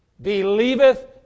believeth